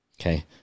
Okay